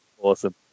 Awesome